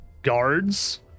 guards